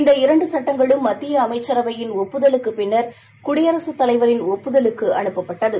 இந்த இரண்டு சுட்டங்களும் மத்திய அமைச்சரவையின் ஒப்புதலுக்குப் பின்னர் குடியரசுத் தலைவரின் ஒப்புதலுக்கு அனுப்பப்பட்டது